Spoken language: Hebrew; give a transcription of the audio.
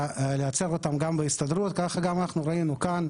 לעצב אותן גם בהסתדרות, ככה גם אנחנו ראינו כאן.